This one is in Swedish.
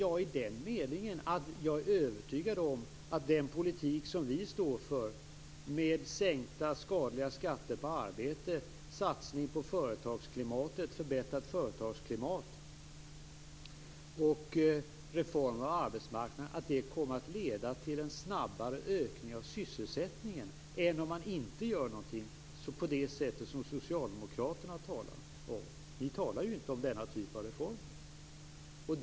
Jag är övertygad om att den politik som vi står för, med sänkta skadliga skatter på arbete, satsning på företagsklimatet, förbättrat företagsklimat och reformer av arbetsmarknaden, kommer att leda till en snabbare ökning av sysselsättningen än om man inte gör någonting, på det sätt som socialdemokraterna talar om. Ni talar ju inte om denna typ av reformer.